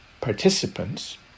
participants